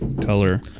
color